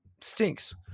stinks